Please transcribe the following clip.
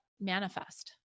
manifest